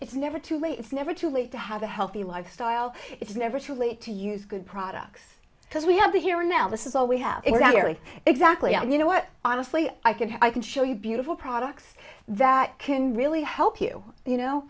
it's never too late it's never too late to have a healthy lifestyle it's never too late to use good products because we have the here now this is all we have exactly exactly and you know what honestly i could i can show you beautiful products that can really help you you know